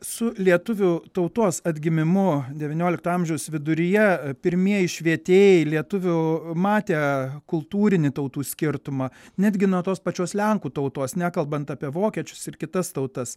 su lietuvių tautos atgimimu devyniolikto amžiaus viduryje pirmieji švietėjai lietuvių matė kultūrinį tautų skirtumą netgi nuo tos pačios lenkų tautos nekalbant apie vokiečius ir kitas tautas